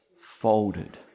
folded